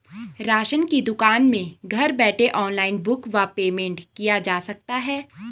Ration की दुकान में घर बैठे ऑनलाइन बुक व पेमेंट किया जा सकता है?